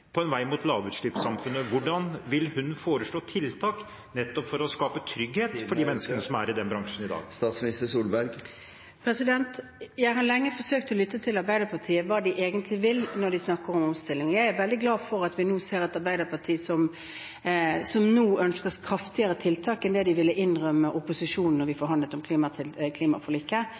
på en vei mot lavutslippssamfunnet? Hvordan vil hun foreslå tiltak nettopp for å skape trygghet for de menneskene som er i den bransjen i dag? Jeg har lenge forsøkt å lytte til Arbeiderpartiet og hva de egentlig vil når de snakker om omstilling. Jeg er veldig glad for at vi nå ser et arbeiderparti som ønsker kraftigere tiltak enn det de ville innrømme opposisjonen da vi